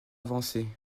avancée